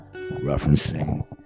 referencing